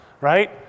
Right